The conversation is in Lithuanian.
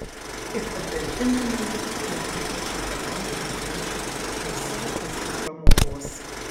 ir patalpiname jį į aidinčią betoninę dėžę dėl savo pačių pramogos